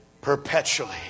Perpetually